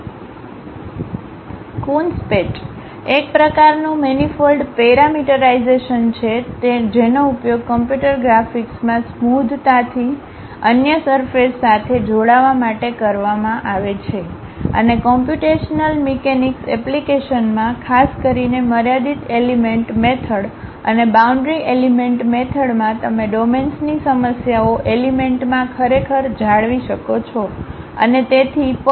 Coons patch એક પ્રકારનું manifold parameterization છે જેનો ઉપયોગ કમ્પ્યુટર ગ્રાફિક્સમાં સ્મોધ તાથી અન્ય સરફેસ સાથે જોડાવા માટે કરવામાં આવે છે અને કોમ્પ્યુટેશનલ મિકેનિક્સ એપ્લિકેશનમાં ખાસ કરીને મર્યાદિત એલિમેન્ટ મેથડ અને બાઉન્ડ્રી એલિમેન્ટ મેથડમાં તમે ડોમેન્સની સમસ્યાઓ એલિમેન્ટમાં ખરેખર જાળી શકો છો અને તેથી પર